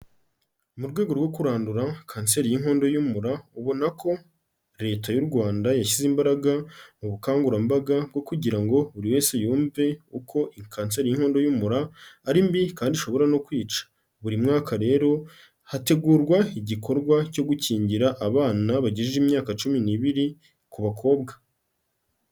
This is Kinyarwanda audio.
Mu rwego rwo kurandura kanseri y'inkondo y'umura, ubona ko Leta y'u Rwanda yashyize imbaraga mu bukangurambaga bwo kugira ngo buri wese yumve uko kanseri y'inkondo y'umura, ari mbi kandi ishobora no kwica. Buri mwaka rero hategurwa igikorwa cyo gukingira abana bageje imyaka cumi n'ibiri, ku bakobwa.